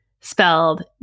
Spelled